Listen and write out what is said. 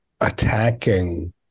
attacking